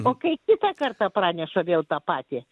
o kai kitą kartą praneša vėl tą patį